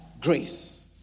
grace